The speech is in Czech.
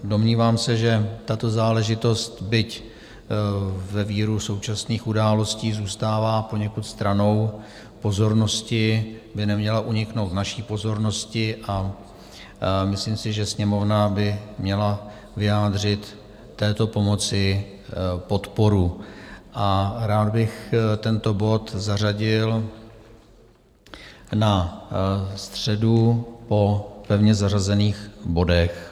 Domnívám se, že tato záležitost, byť ve víru současných událostí zůstává poněkud stranou pozornosti, by neměla uniknout naší pozornosti, a myslím si, že Sněmovna by měla vyjádřit této pomoci podporu, a rád bych tento bod zařadil na středu po pevně zařazených bodech.